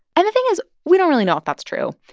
and the thing is we don't really know if that's true.